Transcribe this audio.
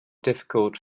difficult